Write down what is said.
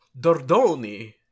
Dordoni